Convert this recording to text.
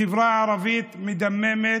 החברה הערבית, מדממת,